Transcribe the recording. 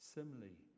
Similarly